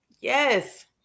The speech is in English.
Yes